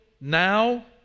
now